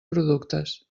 productes